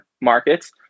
markets